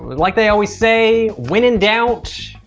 like they always say, when in doubt,